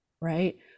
right